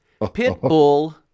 Pitbull